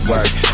Work